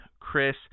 Chris